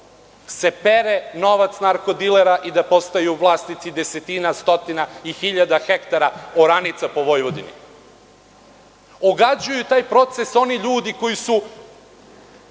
pere novac narko dilera i da postaju vlasnici desetina, stotina i hiljada hektara oranica po Vojvodini. Ogađuju taj proces oni ljudi koji su